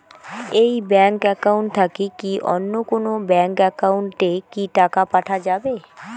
এই bank account থাকি কি অন্য কোনো ব্যাংক একাউন্ট এ কি টাকা পাঠা যাবে?